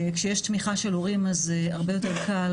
כשיש תמיכה של הורים זה הרבה יותר קל.